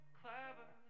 clever